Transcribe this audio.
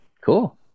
cool